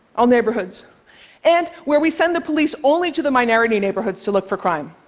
all neighborhoods and where we send the police only to the minority neighborhoods to look for crime.